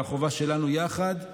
והחובה שלנו יחד היא